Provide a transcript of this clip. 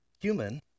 human